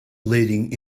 leading